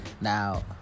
now